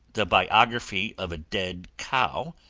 the biography of a dead cow,